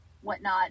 whatnot